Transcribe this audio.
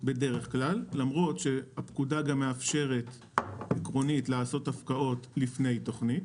למרות שהפקודה גם מאפשרת עקרונית לעשות הפקעות לפני תוכנית.